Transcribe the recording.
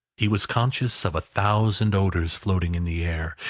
he was conscious of a thousand odours floating in the air,